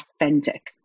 authentic